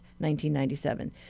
1997